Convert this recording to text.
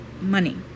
money